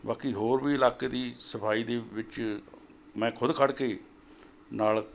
ਬਾਕੀ ਹੋਰ ਵੀ ਇਲਾਕੇ ਦੀ ਸਫ਼ਾਈ ਦੇ ਵਿੱਚ ਮੈਂ ਖੁਦ ਖੜ੍ਹ ਕੇ ਨਾਲ਼